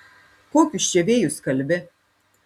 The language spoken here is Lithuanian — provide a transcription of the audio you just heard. kokius čia vėjus kalbi